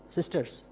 Sisters